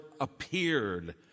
appeared